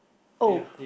oh